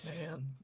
Man